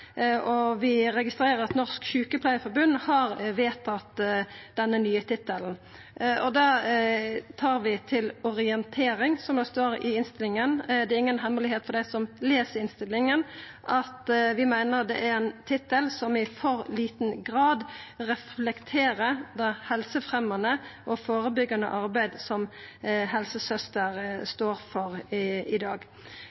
helsesøster. Vi registrerer at Norsk Sykepleierforbund har vedtatt denne nye tittelen. Det tar vi til orientering, som det står i innstillinga. Det er inga hemmelegheit for dei som les innstillinga, at vi meiner det er ein tittel som i for liten grad reflekterer det helsefremjande og førebyggjande arbeidet som